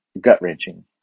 gut-wrenching